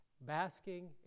basking